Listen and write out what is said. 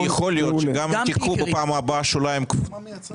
יכול להיות שגם אם תיקחו בפעם הבאה שוליים כפולים,